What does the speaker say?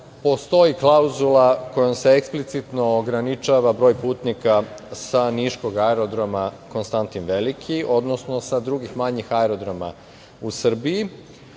postoji klauzula kojom se eksplicitno ograničava broj putnika sa niškog aerodroma „Konstantin Veliki“, odnosno, sa drugih manjih aerodroma u